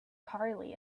carley